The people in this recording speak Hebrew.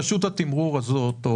רשות התימרור הזאת,